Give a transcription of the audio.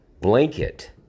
blanket